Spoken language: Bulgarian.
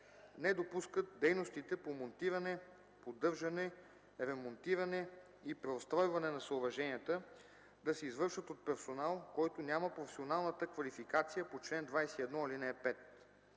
не допускат дейностите по монтиране, поддържане, ремонтиране и преустройване на съоръженията да се извършват от персонал, който няма професионалната квалификация по чл. 21, ал. 5;